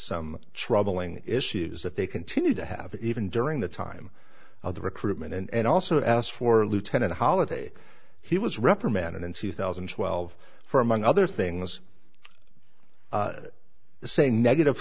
some troubling issues that they continue to have even during the time of the recruitment and also asked for lieutenant holliday he was reprimanded in two thousand and twelve for among other things to say negative